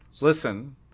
Listen